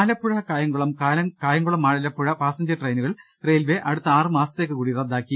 Alappuzha Kayamkulam Kayamkulam Alappuzha passenger ട്രെയിനുകൾ railway അടുത്ത ആറുമാസ്ത്തേക്ക് കൂടി റദ്ദാക്കി